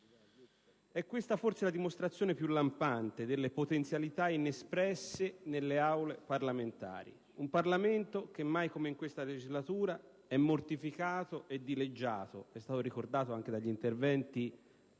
È questa forse la dimostrazione più lampante delle potenzialità inespresse nelle Aule parlamentari: un Parlamento che mai come in questa legislatura è mortificato e dileggiato, è stato ricordato anche dagli interventi